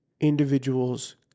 individuals